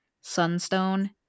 sunstone